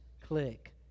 click